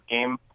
game